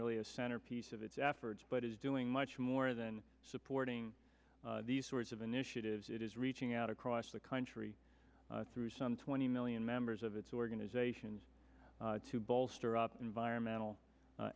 really a centerpiece of its efforts but it is doing much more than supporting these sorts of initiatives it is reaching out across the country through some twenty million members of its organizations to bolster up environmental